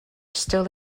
still